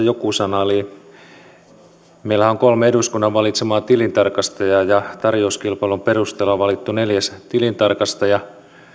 joku sana eli meillähän on kolme eduskunnan valitsemaa tilintarkastajaa ja tarjouskilpailun perusteella on valittu neljäs tilintarkastaja